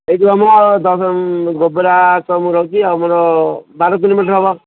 ଏଇ ଯେଉଁ ଆମ ଗୋବରା ସବୁ ରହୁଛି ଆମର ବାର କିଲୋମିଟର ହେବ